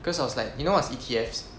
cause I was like do you know what is E_T_F